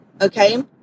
okay